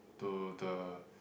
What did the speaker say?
to the